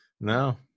no